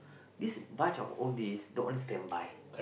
this bunch of oldies don't want standby